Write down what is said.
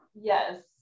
Yes